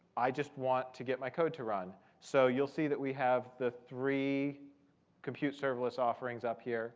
i just want to get my code to run. so you'll see that we have the three compute serverless offerings up here